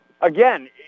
again